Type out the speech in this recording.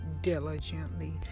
diligently